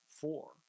four